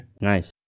Nice